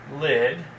lid